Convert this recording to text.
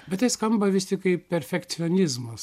bet tai skamba vis tik kaip perfekcionizmas